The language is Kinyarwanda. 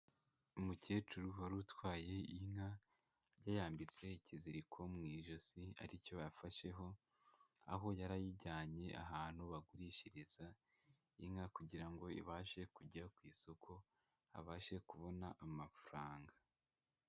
Umukecuru wari utwaye iyi nka yayambitse ikiziriko mu ijosi ari cyo yafasheho, aho yari ayijyanye ahantu bagurishiriza inka kugira ngo ibashe kujya ku isoko abashe kubona amafaranga.